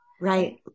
Right